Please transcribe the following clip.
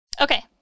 okay